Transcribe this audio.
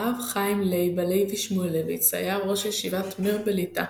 הרב חיים ליב הלוי שמואלביץ היה ראש ישיבת מיר בליטא,